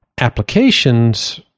applications